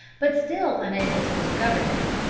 but still unable to discover them,